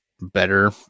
better